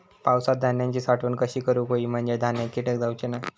पावसात धान्यांची साठवण कशी करूक होई म्हंजे धान्यात कीटक जाउचे नाय?